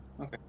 okay